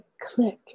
click